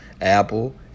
Apple